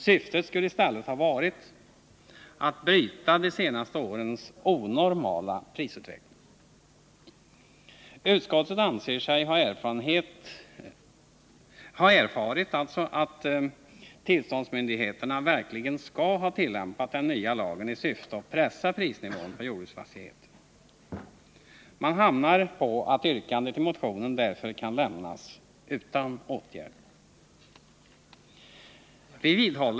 Syftet skulle i stället ha varit att bryta de senaste årens onormala prisutveckling. Utskottet anser sig ha erfarit att tillståndsmyndigheterna verkligen skall ha tillämpat den nya lagen i syfte att pressa prisnivån på jordbruksfastigheter. Man kommer fram till att yrkandet i motionen därför kan lämnas utan åtgärd.